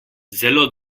zelo